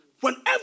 Whenever